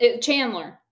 Chandler